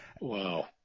Wow